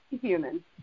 human